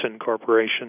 Corporation